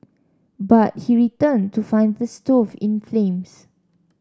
but he returned to find the stove in flames